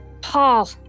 Paul